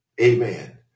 amen